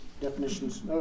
definitions